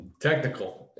technical